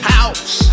House